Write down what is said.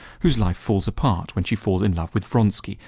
whose life falls apart when she falls in love with vronsky,